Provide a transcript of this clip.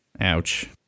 Ouch